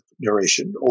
narration